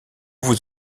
vous